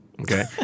Okay